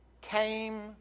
came